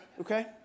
Okay